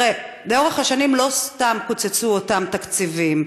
לאורך השנים לא סתם קוצצו אותם תקציבים.